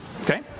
Okay